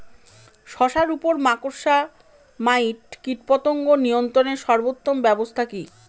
শশার উপর মাকড়সা মাইট কীটপতঙ্গ নিয়ন্ত্রণের সর্বোত্তম ব্যবস্থা কি?